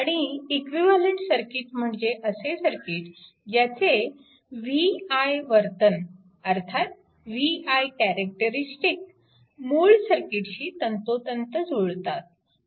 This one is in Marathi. आणि इक्विवॅलंट सर्किट म्हणजे असे सर्किट ज्याचे v i वर्तन अर्थात v i कॅरेक्टरिस्टिक मूळ सर्किटशी तंतोतंत जुळतात